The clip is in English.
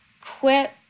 quit